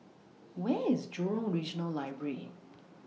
Where IS Jurong Regional Library